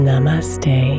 Namaste